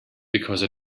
because